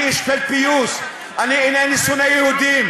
אני איש של פיוס, אני אינני שונא יהודים.